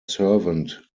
servant